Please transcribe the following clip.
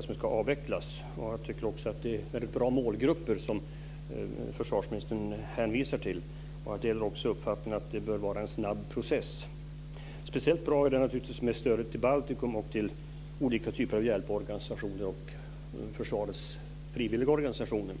som ska avvecklas. Jag tycker också att det är mycket bra målgrupper som försvarsministern hänvisar till. Jag delar dessutom uppfattningen att det bör vara en snabb process. Speciellt bra är det naturligtvis med stödet till Baltikum och till olika typer av hjälporganisationer och försvarets frivilliga organisationer.